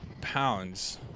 pounds